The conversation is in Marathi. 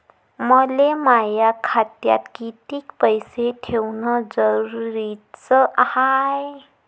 मले माया खात्यात कितीक पैसे ठेवण जरुरीच हाय?